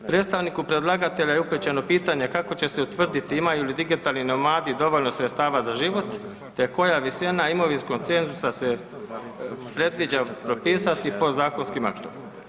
Predstavniku predlagatelja i upućeno pitanje kako će se utvrditi imaju li digitalni nomadi dovoljno sredstava za život te koja visina imovinskog cenzusa se predviđa propisati podzakonskim aktom.